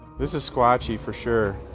this is squatchy for sure.